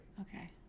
Okay